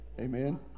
Amen